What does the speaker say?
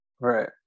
right